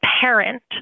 parent